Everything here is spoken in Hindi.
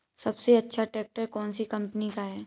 सबसे अच्छा ट्रैक्टर कौन सी कम्पनी का है?